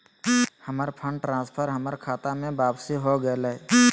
हमर fund transfer हमर खता में वापसी हो गेलय